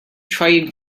trying